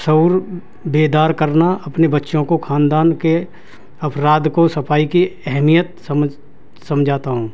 شعور بیدار کرنا اپنے بچوں کو خاندان کے افراد کو صفائی کی اہمیت سمجھ سمجھاتا ہوں